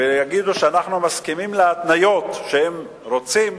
ויגידו שאנחנו מסכימים להתניות שהם רוצים,